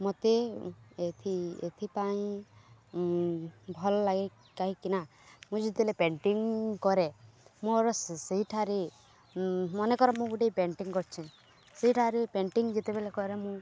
ମୋତେ ଏଥି ଏଥିପାଇଁ ଭଲଲାଗେ କାହିଁକିନା ମୁଁ ଯେତେବେଲେ ପେଣ୍ଟିଂ କରେ ମୋର ସେଇଠାରେ ମନେକର ମୁଁ ଗୋଟେ ପେଣ୍ଟିଙ୍ଗ କରିଛି ସେଇଠାରେ ପେଣ୍ଟିଂ ଯେତେବେଲେ କରେ ମୁଁ